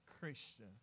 Christian